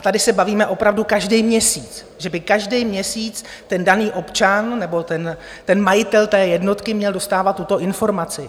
Tady se bavíme opravdu každý měsíc, že by každý měsíc ten daný občan, nebo majitel té jednotky, měl dostávat tuto informaci.